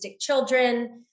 children